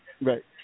Right